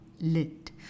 Lit